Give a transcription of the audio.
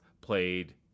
played